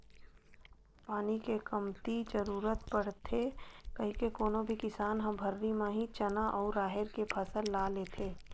पानी के कमती जरुरत पड़थे कहिके कोनो भी किसान ह भर्री म ही चना अउ राहेर के फसल ल लेथे